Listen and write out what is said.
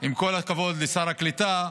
עם כל הכבוד לשר הקליטה,